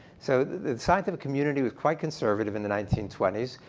so the scientific community was quite conservative in the nineteen twenty s,